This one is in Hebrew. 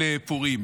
התחיל.